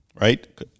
right